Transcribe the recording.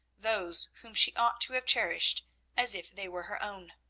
those whom she ought to have cherished as if they were her own.